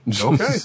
okay